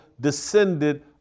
descended